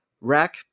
Rack